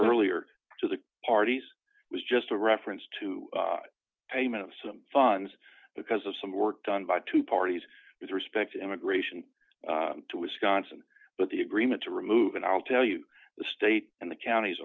earlier to the parties was just a reference to payment of some funds because of some work done by two parties with respect to immigration to wisconsin but the agreement to remove an i'll tell you the state and the counties